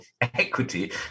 equity